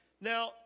now